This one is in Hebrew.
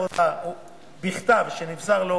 לעובד או את חוק הגנת השכר מתוך מטרה לשלול